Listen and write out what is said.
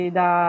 da